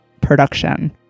production